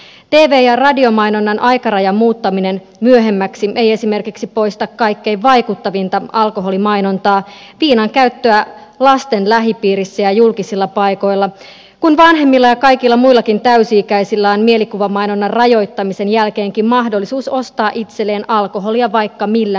tv ja radiomainonnan aikarajan muuttaminen myöhemmäksi ei esimerkiksi poista kaikkein vaikuttavinta alkoholimainontaa viinan käyttöä lasten lähipiirissä ja julkisilla paikoilla kun vanhemmilla ja kaikilla muillakin täysi ikäisillä on mielikuvamainonnan rajoittamisen jälkeenkin mahdollisuus ostaa itselleen alkoholia vaikka millä mitalla